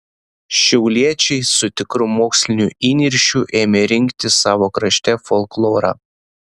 šiauliečiai su tikru moksliniu įniršiu ėmė rinkti savo krašte folklorą